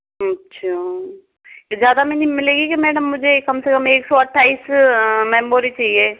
अच्छा ज़्यादा में नहीं मिलेगी क्या मैडम मुझे कम से कम एक सौ अठाइस मेमोरी चाहिए